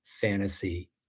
fantasy